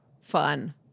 fun